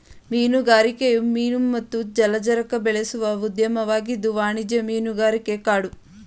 ಮೀನುಗಾರಿಕೆಯು ಮೀನು ಮತ್ತು ಜಲಚರ ಬೆಳೆಸುವ ಉದ್ಯಮವಾಗಿದ್ದು ವಾಣಿಜ್ಯ ಮೀನುಗಾರಿಕೆ ಕಾಡು ಮೀನುಗಾರಿಕೆನ ಒಳಗೊಂಡಿದೆ